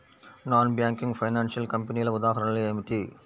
Non banking financial కంపెనీల ఉదాహరణలు ఏమిటి?